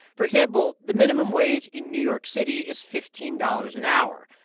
for example, the minimum wage in new york city is fifteen dollars an hour,